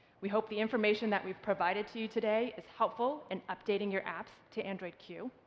we hope the information that we've provided to you today is helpful in updating your apps to android q.